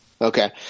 Okay